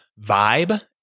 vibe